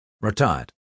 retired